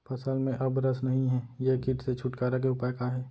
फसल में अब रस नही हे ये किट से छुटकारा के उपाय का हे?